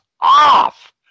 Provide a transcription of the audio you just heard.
off